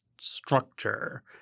structure